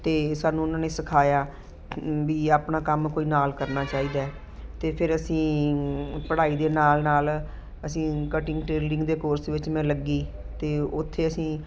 ਤਾਂ ਸਾਨੂੰ ਉਨ੍ਹਾਂ ਨੇ ਸਿਖਾਇਆ ਵੀ ਆਪਣਾ ਕੰਮ ਕੋਈ ਨਾਲ ਕਰਨਾ ਚਾਹੀਦਾ ਹੈ ਅਤੇ ਫਿਰ ਅਸੀਂ ਪੜ੍ਹਾਈ ਦੇ ਨਾਲ ਨਾਲ ਅਸੀਂ ਕਟਿੰਗ ਟੇਲਰਿੰਗ ਦੇ ਕੋਰਸ ਵਿੱਚ ਮੈਂ ਲੱਗੀ ਅਤੇ ਉੱਥੇ ਅਸੀਂ